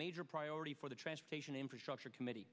major priority for the transportation infrastructure committee